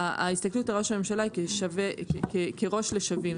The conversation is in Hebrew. ההסתכלות על ראש הממשלה היא כראש לשווים.